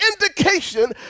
indication